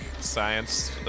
science